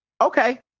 Okay